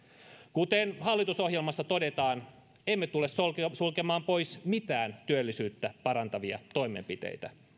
kuten hallitusohjelmassa todetaan emme tule sulkemaan pois mitään työllisyyttä parantavia toimenpiteitä